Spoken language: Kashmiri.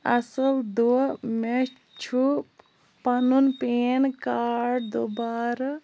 اصٕل دۄہ مےٚ چھُ پنُن پین کارڈ دوبارٕہ